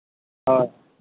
ᱦᱳᱭ